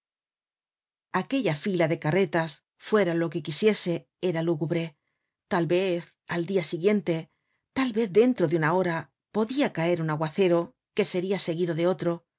aquella fila de carretas fuera loque quisiese era lúgubre tal vez al dia siguiente tal vez dentro de una hora podia caer un aguacero que seria seguido de otro